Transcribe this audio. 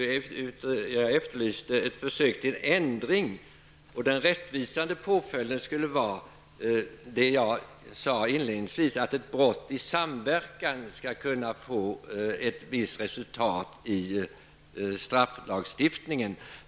Jag efterlyste ett försök till ändring och att den rättvisande påföljden skulle vara, som jag sade inledningsvis, att ett brott i samverkan skall kunna få ett visst resultat i strafflagstiftningen.